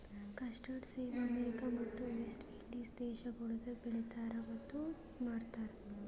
custard ಸೇಬ America ಮತ್ತ West Indies ದೇಶಗೊಳ್ದಾಗ್ ಬೆಳಿತಾರ್ ಮತ್ತ ಮಾರ್ತಾರ್